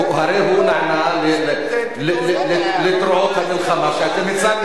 הרי הוא נענה לתרועות המלחמה שאתם הצגתם כאן.